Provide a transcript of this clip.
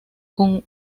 con